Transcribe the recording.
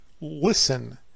listen